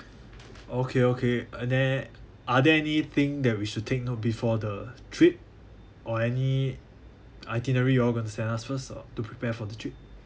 okay okay and then are there anything that we should take note before the trip or any itinerary you all going to send us first or to prepare for the trip